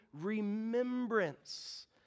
remembrance